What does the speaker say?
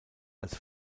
als